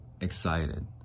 excited